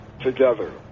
together